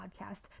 podcast